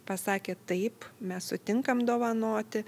pasakė taip mes sutinkam dovanoti